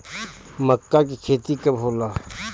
माका के खेती कब होला?